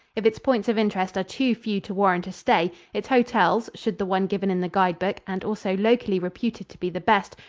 if its points of interest are too few to warrant a stay, its hotels should the one given in the guide-book and also locally reputed to be the best,